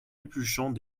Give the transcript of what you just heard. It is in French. épluchant